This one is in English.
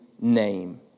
name